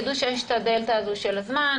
ידעו שיש את הדלתא הזו של הזמן,